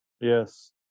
Yes